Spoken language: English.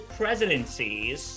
presidencies